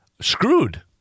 screwed